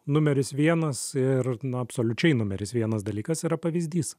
numeris vienas ir na ir absoliučiai numeris vienas dalykas yra pavyzdys